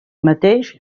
mateix